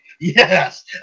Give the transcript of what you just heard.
Yes